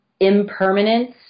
impermanence